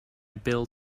bill